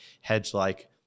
hedge-like